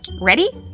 ready?